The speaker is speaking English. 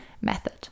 method